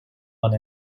one